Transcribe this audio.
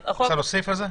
מירה, את רוצה להוסיף על זה?